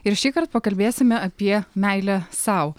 ir šįkart pakalbėsime apie meilę sau